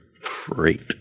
Freight